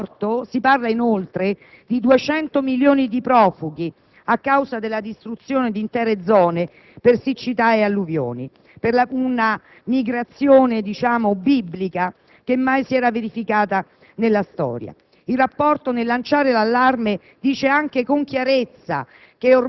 ci presentano scenari assolutamente drammatici. Nel Rapporto si parla, inoltre, di 200 milioni di profughi a causa della distruzione di intere zone per siccità e alluvioni: una migrazione biblica che mai si era verificata nella storia.